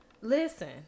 Listen